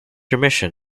remission